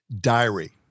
Diary